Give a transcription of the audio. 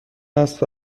است